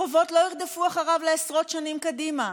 החובות לא ירדפו אחריו עשרות שנים קדימה.